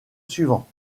suivant